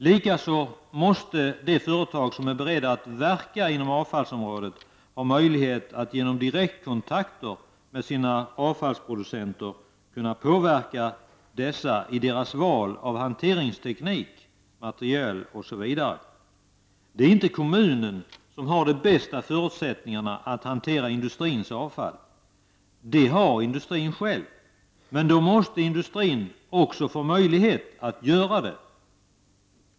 Likaså måste de företag som är beredda att verka inom avfallsområdet ha möjlighet att genom direktkontakter med sina avfallsproducenter påverka dessa i deras val av hanteringsteknik, material, etc. Det är inte kommunen som har de bästa förutsättningarna att hantera industrins avfall. Det har industrin själv, men då måste industrin också få möjlighet att göra det.